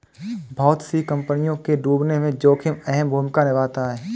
बहुत सी कम्पनियों के डूबने में जोखिम अहम भूमिका निभाता है